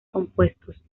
compuestos